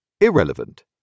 irrelevant